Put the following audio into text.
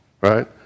right